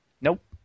Nope